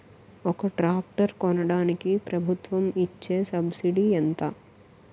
ఒక ట్రాక్టర్ కొనడానికి ప్రభుత్వం ఇచే సబ్సిడీ ఎంత?